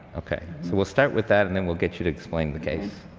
okay, so we'll start with that, and then we'll get you to explain the case.